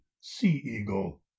sea-eagle